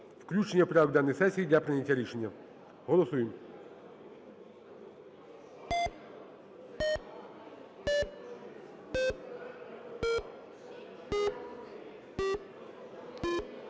включення в порядок денний сесії для прийняття рішення. Голосуємо.